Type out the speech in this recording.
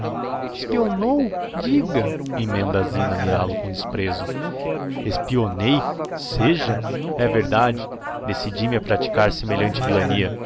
a zina a mirál o com desprezo espionei seja é verdade decidi me a praticar semelhante vilania